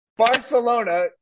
Barcelona